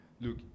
Look